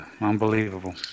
unbelievable